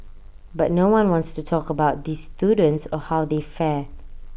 but no one wants to talk about these students or how they fare